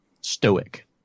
stoic